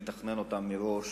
לתכנן אותם מראש